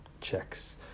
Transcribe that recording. checks